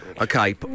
Okay